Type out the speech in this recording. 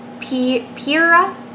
Pira